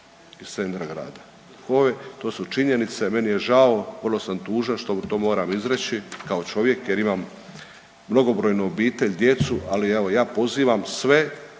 iz centra grada. To su činjenice, meni je žao, vrlo sam tužan što to moram izreći kao čovjek jer imam mnogobrojnu obitelj, djecu, ali evo ja pozivam sve